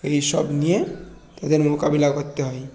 এই সব নিয়ে তাদের মোকাবিলা করতে হয়